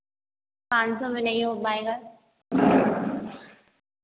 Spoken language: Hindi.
पाँच सौ में नहीं हो पाएगा